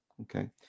okay